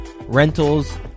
rentals